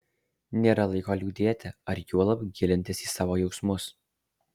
nėra laiko liūdėti ar juolab gilintis į savo jausmus